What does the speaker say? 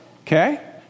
okay